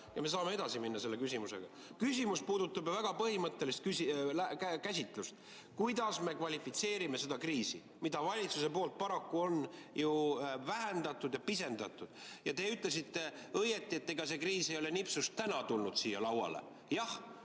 ja me saame selle küsimusega edasi minna. Küsimus puudutab ju väga põhimõttelist käsitlust: kuidas me kvalifitseerime seda kriisi, mida valitsus paraku on vähendanud, pisendanud? Te ütlesite õieti, et ega see kriis ei ole nipsust täna tulnud siia lauale. Jah,